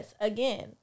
again